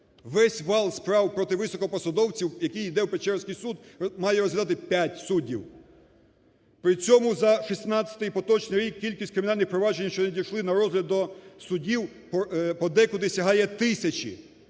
Весь вал справ проти високопосадовців, який іде в Печерський суд, має розглядати 5 суддів. При цьому за 2016 і поточний рік кількість кримінальних проваджень, що надійшли на розгляд до судів, подекуди сягає тисячі.